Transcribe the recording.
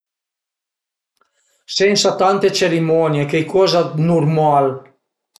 Sensa tante cerimonie, cuaicoza 'd nurmal